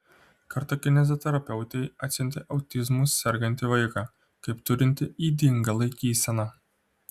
kartą kineziterapeutei atsiuntė autizmu sergantį vaiką kaip turintį ydingą laikyseną